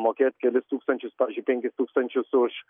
mokėt kelis tūkstančius pavyzdžiui penkis tūkstančius už